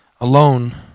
alone